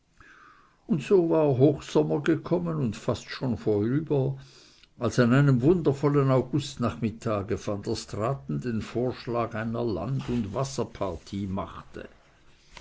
und so war hochsommer gekommen und fast schon vorüber als an einem wundervollen augustnachmittage van der straaten den vorschlag einer land und wasserpartie machte